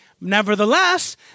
Nevertheless